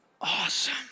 awesome